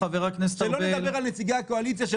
זה קצת מוזר לטעון שהעיסוק בנושא הזה לא